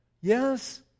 Yes